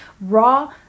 raw